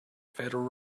federal